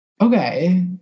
okay